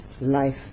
life